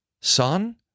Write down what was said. Son